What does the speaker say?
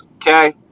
okay